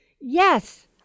Yes